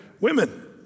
women